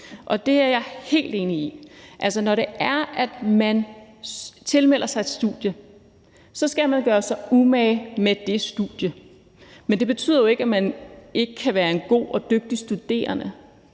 Og det er jeg helt enig i. Altså, når man tilmelder sig et studie, skal man gøre sig umage med det studie. Men det betyder jo ikke, at man ikke kan være en god og dygtig studerende,